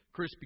Krispy